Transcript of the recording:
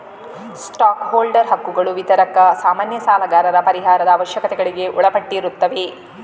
stock holder ಹಕ್ಕುಗಳು ವಿತರಕರ, ಸಾಮಾನ್ಯ ಸಾಲಗಾರರ ಪರಿಹಾರದ ಅವಶ್ಯಕತೆಗಳಿಗೆ ಒಳಪಟ್ಟಿರುತ್ತವೆ